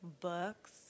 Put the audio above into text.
books